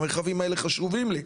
כי המרחבים האלה חשובים לי.